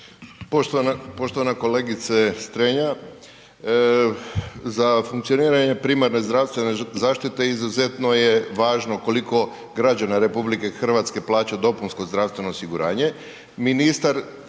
Poštovana kolegice Strenja. Za funkcioniranje primarne zdravstvene zaštite izuzetno je važno koliko građana RH plaća DZO. Prije su